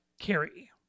Carrie